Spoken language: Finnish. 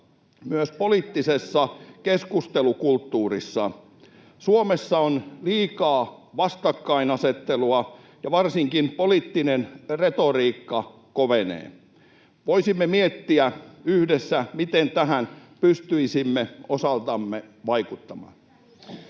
myös poliittisessa keskustelukulttuurissa. Suomessa on liikaa vastakkainasettelua, ja varsinkin poliittinen retoriikka kovenee. Voisimme miettiä yhdessä, miten tähän pystyisimme osaltamme vaikuttamaan.